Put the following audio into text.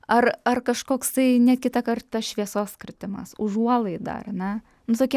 ar ar kažkoksai ne kitą kartą šviesos kritimas užuolaida ar ne visokie